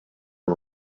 uno